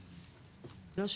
אם אנחנו כבר מדברים על עולים,